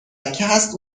هست